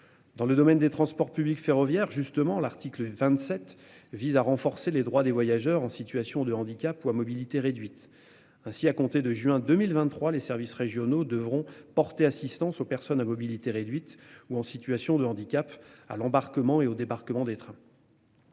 Dans le domaine des transports publics ferroviaires justement l'article 27 visent à renforcer les droits des voyageurs en situation de handicap ou à mobilité réduite. Ainsi, à compter de juin 2023, les services régionaux devront porter assistance aux personnes à mobilité réduite ou en situation de handicap à l'embarquement et au débarquement des trains.--